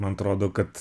man trodo kad